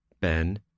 Ben